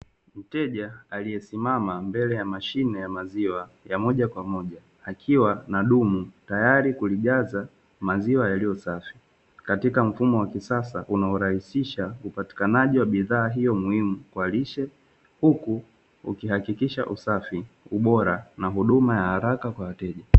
Mteja aliesimama mbele ya mashine ya maziwa moja kwa moja, akiwa na dumu tayari kulijaza maziwa yaliyo safi katika mfumo wa kisasa unaorahisisha upatikanaji wa bidhaa hiyo muhimu kwa lishe. Huku ukihakikisha usafi, ubora na huduma ya haraka kwa wateja.